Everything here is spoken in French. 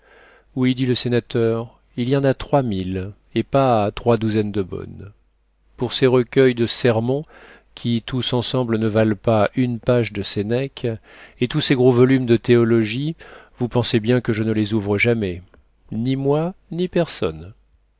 oui dit le sénateur il y en a trois mille et pas trois douzaines de bonnes pour ces recueils de sermons qui tous ensemble ne valent pas une page de sénèque et tous ces gros volumes de théologie vous pensez bien que je ne les ouvre jamais ni moi ni personne